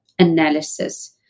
analysis